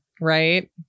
Right